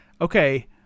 Okay